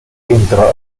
entra